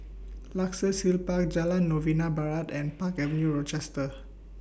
Luxus Hill Park Jalan Novena Barat and Park Avenue Rochester